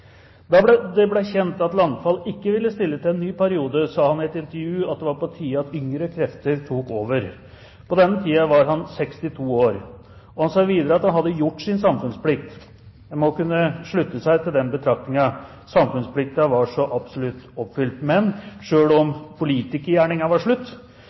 det ble kjent at Landfald ikke ville stille til en ny periode, sa han i et intervju at det var på tide at yngre krefter tok over. På denne tiden var han 62 år. Han sa videre at han hadde gjort sin samfunnsplikt. En må kunne slutte seg til den betraktningen. Samfunnsplikten var så absolutt oppfylt. Men selv om politikergjerningen var slutt,